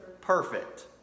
perfect